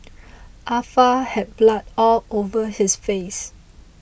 Ah Fa had blood all over his face